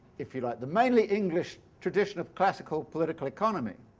if you like, the mainly english tradition of classical political economy,